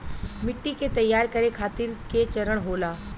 मिट्टी के तैयार करें खातिर के चरण होला?